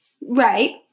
Right